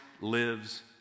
lives